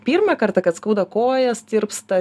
pirmą kartą kad skauda kojas tirpsta